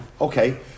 Okay